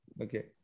okay